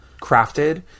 crafted